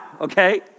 okay